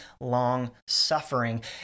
long-suffering